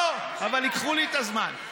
לא, אבל ייקחו לי את הזמן.